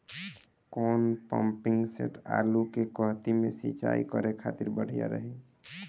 कौन pumping set आलू के कहती मे सिचाई करे खातिर बढ़िया रही?